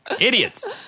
Idiots